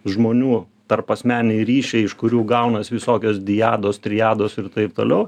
žmonių tarpasmeniniai ryšiai iš kurių gaunas visokios diados triados ir taip toliau